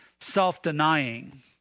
self-denying